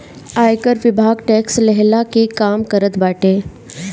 आयकर विभाग टेक्स लेहला के काम करत बाटे